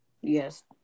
Yes